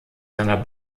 seiner